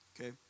Okay